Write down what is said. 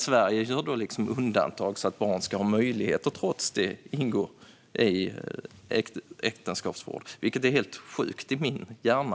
Sverige gör då undantag så att barn ska ha möjlighet att trots detta ingå äktenskapsförord, vilket är helt sjukt i min hjärna.